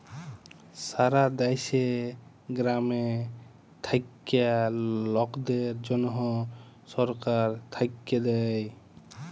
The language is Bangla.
সারা দ্যাশে গ্রামে থাক্যা লকদের জনহ সরকার থাক্যে দেয়